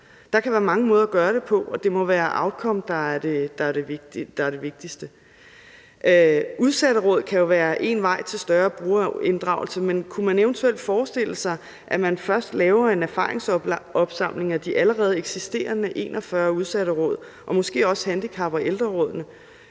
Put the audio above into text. Der kan være mange måder at gøre det på, og det må være outcome, der er det vigtigste. Udsatteråd kan jo være én vej til større brugerinddragelse, men kunne man eventuelt forestille sig, at man først laver en erfaringsopsamling fra de allerede eksisterende 41 udsatteråd og måske også handicap- og ældrerådene